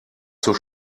zur